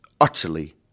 utterly